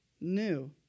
new